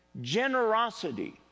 Generosity